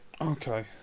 Okay